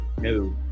No